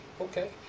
okay